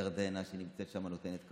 ציונה, שנמצאת שם ונותנת קפה,